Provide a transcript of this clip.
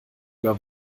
über